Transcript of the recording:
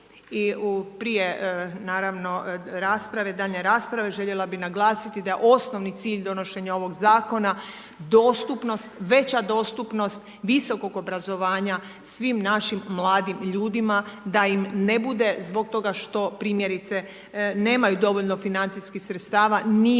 I prije naravno rasprave, daljnje rasprave, željela bih naglasiti da je osnovni cilj donošenja ovog zakona dostupnost, veća dostupnost visokog obrazovanja svim našim mladim ljudima da im ne bude zbog toga što primjerice nemaju dovoljno financijskih sredstava nije